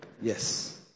Yes